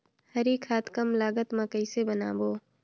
हरी खाद कम लागत मे कइसे बनाबो?